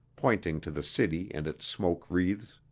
pointing to the city and its smoke wreaths.